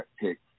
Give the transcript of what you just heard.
pick